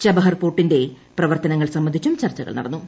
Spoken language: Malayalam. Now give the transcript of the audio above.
ചബാഹർ പോർട്ടിന്റെ പ്രവർത്തനങ്ങൾ സംബന്ധിച്ചും ചർച്ചകൾ നടന്നു